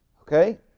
Okay